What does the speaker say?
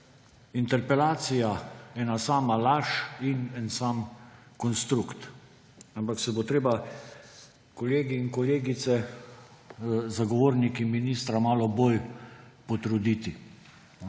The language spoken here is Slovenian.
interpelacija ena sama laž in en sam konstrukt. Ampak se bo treba, kolegi in kolegice, zagovorniki ministra, malo bolj potruditi.